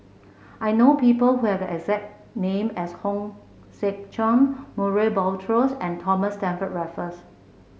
I know people who have the exact name as Hong Sek Chern Murray Buttrose and Thomas Stamford Raffles